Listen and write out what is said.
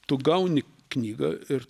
tu gauni knygą ir